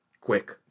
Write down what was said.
Quick